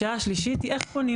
השאלה השלישית היא איך פונים,